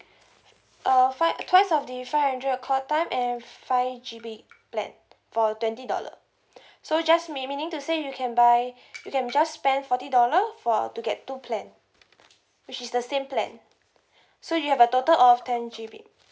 uh five twice of the five hundred call time and five G_B plan for twenty dollar so just mea~ meaning to say you can buy you can just spend forty dollar for to get two plan which is the same plan so you have a total of ten G_B